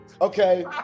Okay